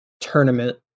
tournament